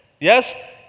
Yes